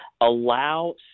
allow